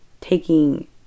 taking